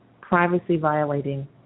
privacy-violating